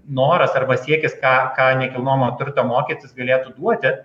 noras arba siekis ką ką nekilnojamo turto mokestis galėtų duoti